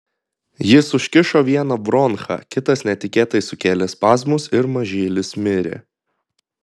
jis užkišo vieną bronchą kitas netikėtai sukėlė spazmus ir mažylis mirė